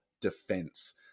defense